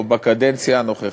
או בקדנציה הנוכחית.